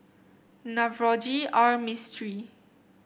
Navroji R Mistri